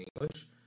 English